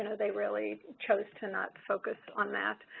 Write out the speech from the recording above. and they really chose to not focus on that.